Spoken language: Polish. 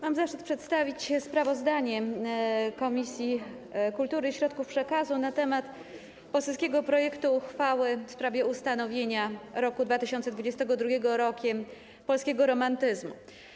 Mam zaszczyt przedstawić sprawozdanie Komisji Kultury i Środków Przekazu na temat poselskiego projektu uchwały w sprawie ustanowienia roku 2022 Rokiem Polskiego Romantyzmu.